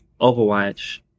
Overwatch